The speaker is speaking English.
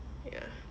ya